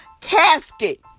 casket